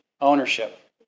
ownership